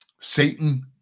Satan